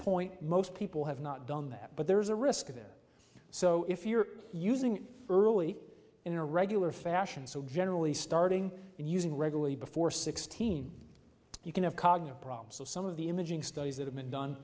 point most people have not done that but there's a risk there so if you're using early in a regular fashion so generally starting and using regularly before sixteen you can have cognitive problems of some of the imaging studies that have been done